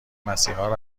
مسیحا